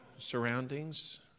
surroundings